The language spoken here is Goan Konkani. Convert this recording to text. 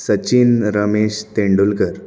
सचिन रमेश तेंडुलकर